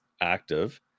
active